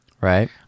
right